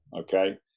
Okay